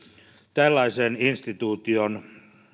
tällaisen instituution